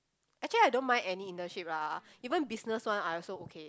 actually I don't mind any internship lah even business one I also okay